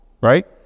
right